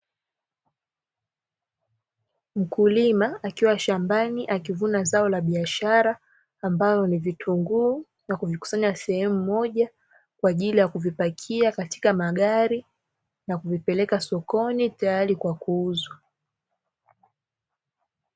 Mkulima akiwa shambani akivuna zao la biashara ambalo ni vitunguu na kuvikusanya sehemu moja, kwa ajili ya kuvipakia katika magari, na kuvipeleka sokoni tayari kwa kuuzwa.